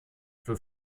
für